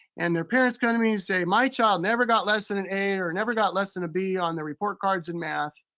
and their parents come to me and say, my child never got less than an a, or never got less than a b on their report cards in math.